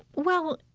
well,